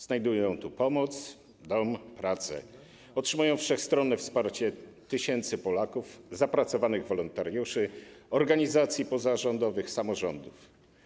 Znajdują tu pomoc, dom, pracę, otrzymują wszechstronne wsparcie tysięcy Polaków, zapracowanych wolontariuszy, organizacji pozarządowych, samorządów.